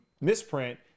misprint